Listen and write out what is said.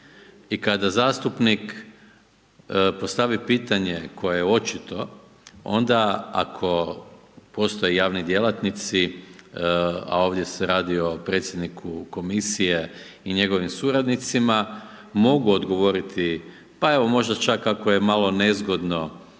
I kada zastupnik postavi pitanje koje je očito, onda ako postoje javni djelatnici, a ovdje se radi o predsjedniku komisije i njegovim suradnicima, mogu govoriti, pa evo možda čak i ako je malo nezgodno